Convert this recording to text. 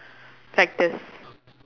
factors